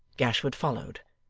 gashford followed.